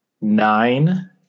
Nine